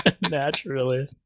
Naturally